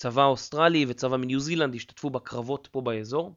צבא אוסטרלי וצבא מניו זילנד השתתפו בקרבות פה באזור